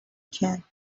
can